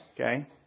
Okay